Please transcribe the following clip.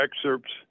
excerpts